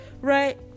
right